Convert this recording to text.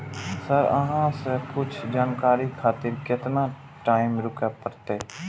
Sir अहाँ से कुछ जानकारी खातिर केतना टाईम रुके परतें?